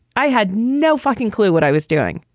i had no fucking clue what i was doing.